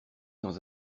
dans